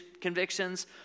convictions